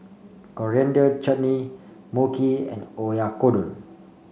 Coriander Chutney Mochi and Oyakodon